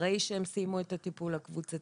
אחרי שהם סיימו את הטיפול הקבוצתי.